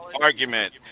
argument